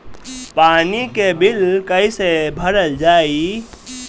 पानी के बिल कैसे भरल जाइ?